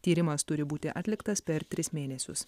tyrimas turi būti atliktas per tris mėnesius